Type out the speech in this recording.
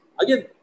again